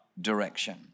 direction